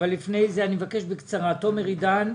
אבל לפני זה אני מבקש בקצרה: תמיר עידאן.